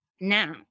Now